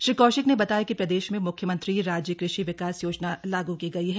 श्री कौशिक ने बताया कि प्रदेश में म्ख्यमंत्री राज्य कृषि विकास योजना लागू की गयी है